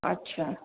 अच्छा